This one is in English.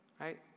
Right